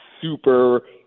Super